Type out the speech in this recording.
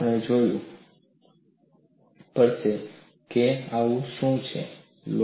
આપણે જોવું પડશે આવું છે કે નહીં